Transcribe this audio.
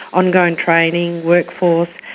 ongoing training, workforce,